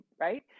right